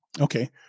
Okay